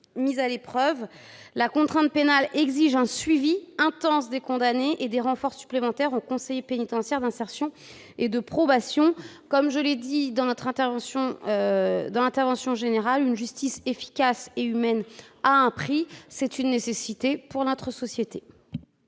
mise à l'épreuve, la contrainte pénale exige un suivi intense des condamnés et des renforts supplémentaires en conseillers pénitentiaires d'insertion et de probation. Comme je l'ai dit lors de la discussion générale, une justice efficace et humaine est à ce prix, et c'est une nécessité pour notre société.